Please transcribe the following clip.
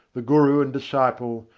the guru and disciple,